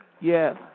Yes